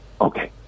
Okay